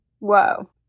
whoa